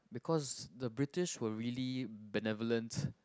because the British were really benevolent